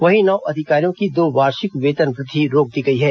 वहीं नौ अधिकारियों की दो वार्षिक वेतन वृद्धि रोक दी गई है